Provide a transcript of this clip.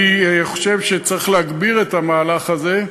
אני חושב שצריך להגביר את המהלך הזה.